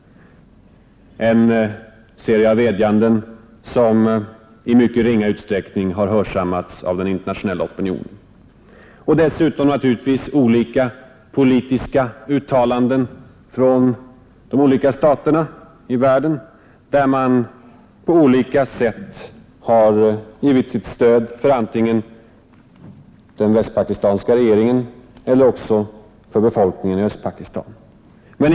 Dessa vädjanden har i mycket ringa utsträckning hörsammats av den internationella opinionen. Dessutom har det gjorts politiska uttalanden av de olika staterna i världen där dessa på olika sätt givit antingen den västpakistanska regeringen eller befolkningen Östpakistan sitt stöd.